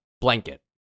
blanket